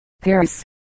Paris